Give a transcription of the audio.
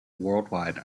worldwide